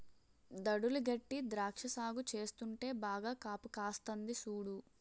దడులు గట్టీ ద్రాక్ష సాగు చేస్తుంటే బాగా కాపుకాస్తంది సూడు